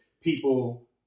people